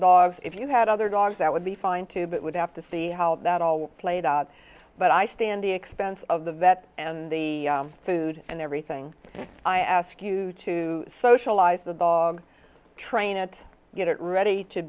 dogs if you had other dogs that would be fine too but would have to see how that all played out but i stand the expense of the vet and the food and everything i ask you to socialize the dog trainer at get